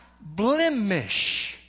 blemish